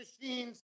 machines